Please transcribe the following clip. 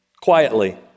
quietly